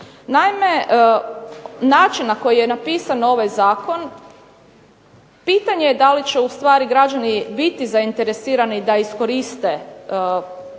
Naime, način na koji je napisan ovaj zakon pitanje je da li će ustvari građani biti zainteresirani da iskoriste ova